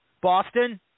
Boston